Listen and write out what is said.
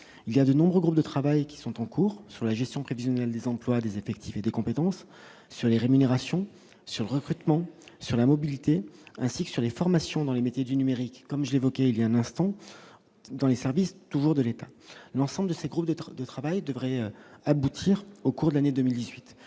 il y a de nombreux groupes de travail qui sont en cours sur la gestion prévisionnelle des emplois, des effectifs des compétences sur les rémunérations sur le recrutement sur la mobilité, ainsi que sur les formations dans les métiers du numérique comme je l'évoquais il y a un instant dans les services, toujours de l'État, l'ensemble de ces groupes d'être de travail devraient aboutir au cours de l'année 2018